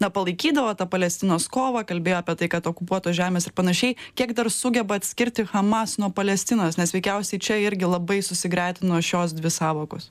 na palaikydavo tą palestinos kovą kalbėjo apie tai kad okupuotos žemės ir panašiai kiek dar sugeba atskirti hamas nuo palestinos nes veikiausiai čia irgi labai susigretino šios dvi sąvokos